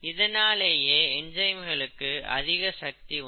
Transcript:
இதனாலேயே என்சைம்களுக்கு அதிக சக்தி உண்டு